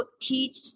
teach